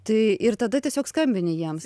tai ir tada tiesiog skambini jiems